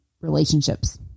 relationships